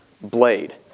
blade